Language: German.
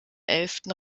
elften